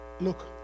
look